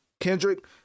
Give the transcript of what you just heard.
kendrick